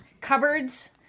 cupboards